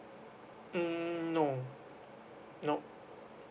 mm no nope